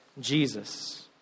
Jesus